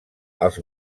als